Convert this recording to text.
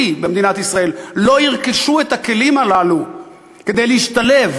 במדינת ישראל לא ירכשו את הכלים הללו כדי להשתלב